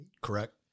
Correct